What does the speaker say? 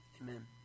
Amen